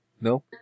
No